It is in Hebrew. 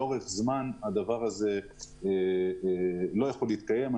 לאורך זמן הדבר הזה לא יכול להתקיים.